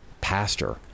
pastor